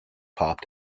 pop